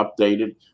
updated